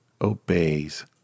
obeys